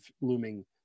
looming